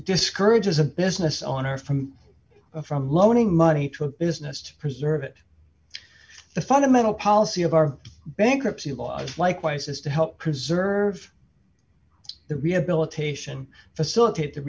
discourages a business owner from from loaning money to a business to preserve it the fundamental policy of our bankruptcy laws likewise is to help preserve the rehabilitation facilitate the